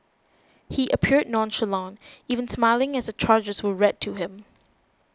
he appeared nonchalant even smiling as the charges were read to him